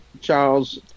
Charles